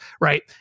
right